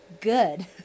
good